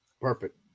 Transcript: Perfect